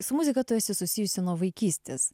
su muzika tu esi susijusi nuo vaikystės